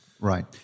Right